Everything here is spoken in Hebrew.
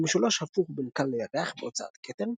משולש הפוך בין כאן לירח" בהוצאת כתר.